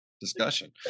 discussion